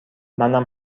منم